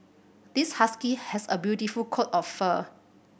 this husky has a beautiful coat of fur